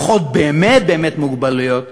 המוגבלויות הופכות באמת באמת למוגבלויות